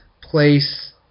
place